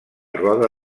roda